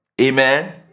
Amen